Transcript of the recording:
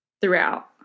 throughout